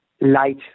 light